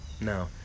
No